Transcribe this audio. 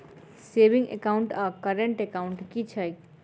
Saving account आओर current account की छैक?